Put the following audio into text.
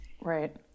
Right